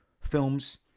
films